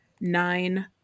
nine